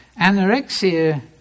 anorexia